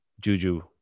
Juju